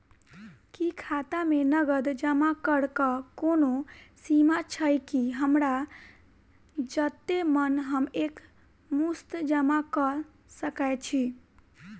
की खाता मे नगद जमा करऽ कऽ कोनो सीमा छई, की हमरा जत्ते मन हम एक मुस्त जमा कऽ सकय छी?